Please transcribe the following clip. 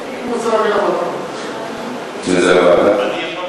רוצים את זה לוועדה?